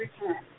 return